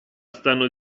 stanno